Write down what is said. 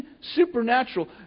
supernatural